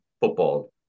football